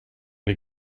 les